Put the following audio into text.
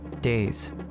Days